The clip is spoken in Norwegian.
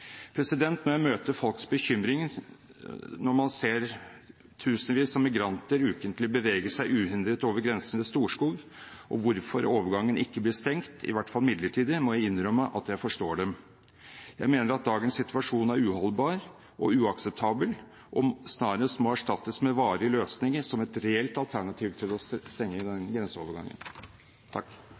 Når jeg møter folks bekymringer over å se tusenvis av migranter ukentlig bevege seg uhindret over grensen ved Storskog og hvorfor overgangen ikke blir stengt, iallfall midlertidig, må jeg innrømme at jeg forstår dem. Jeg mener at dagens situasjon er uholdbar og uakseptabel og snarest må erstattes av varige løsninger som et reelt alternativ til å stenge den grenseovergangen.